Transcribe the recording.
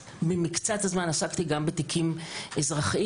אז במקצת הזמן עסקתי גם בתיקים אזרחיים,